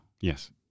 yes